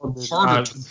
harder